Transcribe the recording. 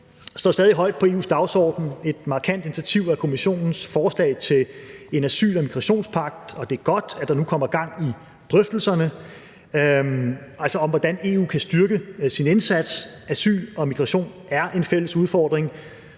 står stadig højt på EU's dagsorden. Et markant initiativ er Kommissionens forslag til en asyl- og migrationspagt. Det er godt, at der nu kommer gang i drøftelserne om, hvordan EU kan styrke sin indsats. Asyl og migration er en fælles udfordring,